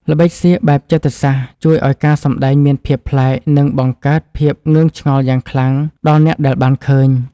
ល្បិចសៀកបែបចិត្តសាស្ត្រជួយឱ្យការសម្តែងមានភាពប្លែក និង បង្កើតភាពងឿងឆ្ងល់យ៉ាងខ្លាំងដល់អ្នកដែលបានឃើញ។